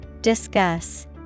Discuss